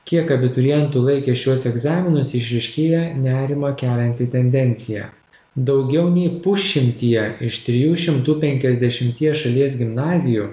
kiek abiturientų laikė šiuos egzaminus išryškėja nerimą kelianti tendencija daugiau nei pusšimtyje iš trijų šimtų penkiasdešimties šalies gimnazijų